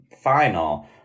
final